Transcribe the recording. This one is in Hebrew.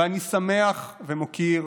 ואני שמח ומוקיר